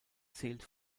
zählt